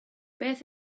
beth